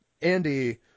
Andy